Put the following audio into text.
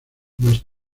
más